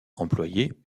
employée